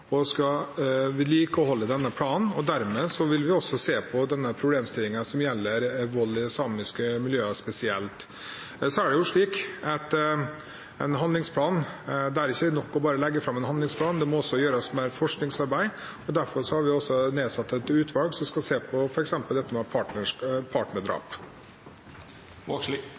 og skal løpe fram til 2021. Regjeringen har sagt at det er vår politikk å vedlikeholde denne planen. Dermed vil vi også se på problemstillingen som gjelder vold i samiske miljøer, spesielt. Men det er ikke nok bare å legge fram en handlingsplan. Det må også gjøres mer forskningsarbeid. Derfor har vi nedsatt et utvalg som skal se på